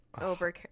over